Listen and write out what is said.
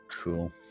Cool